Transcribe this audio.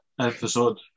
episode